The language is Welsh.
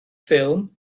ffilm